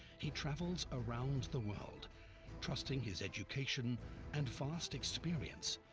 he travels around the world trusting his education and vast experience.